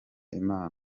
imana